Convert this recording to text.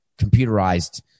computerized